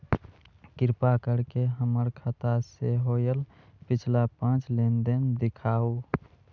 कृपा कर के हमर खाता से होयल पिछला पांच लेनदेन दिखाउ